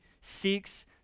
seeks